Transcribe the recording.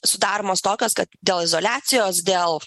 sudaromos tokios kad dėl izoliacijos dėl